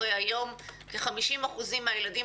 הרי היום כ-50 אחוזים מהילדים,